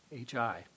H-I